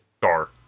Star